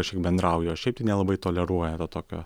kažkiek bendrauja o šiaip tai nelabai toleruoja to tokio